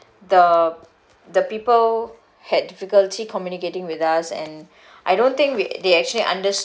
the the people had difficulty communicating with us and I don't think we they actually understood